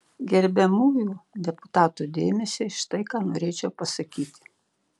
gerbiamųjų deputatų dėmesiui štai ką norėčiau pasakyti